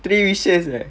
three wishes eh